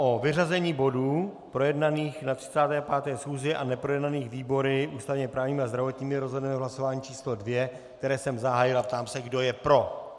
O vyřazení bodů projednaných na 35. schůzi a neprojednaných výbory ústavněprávním a zdravotním rozhodneme v hlasování číslo 2, které jsem zahájil, a ptám se, kdo je pro.